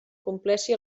compleixi